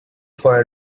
for